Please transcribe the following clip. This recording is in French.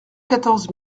quatorze